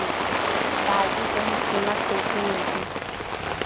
भाजी सही कीमत कइसे मिलही?